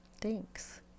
Thanks